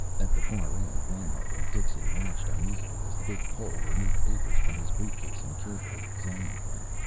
at the far end, reinhart and dixon watched uneasily as the big pole removed papers from his briefcase and carefully examined them.